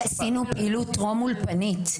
עשינו פעילות טרום אולפנית.